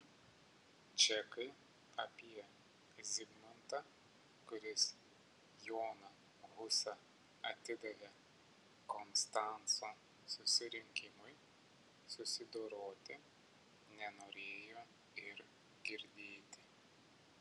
čekai apie zigmantą kuris joną husą atidavė konstanco susirinkimui susidoroti nenorėjo ir girdėti